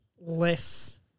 less